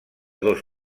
dos